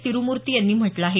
तिरुमूर्ती यांनी म्हटलं आहे